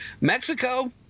Mexico –